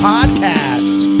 Podcast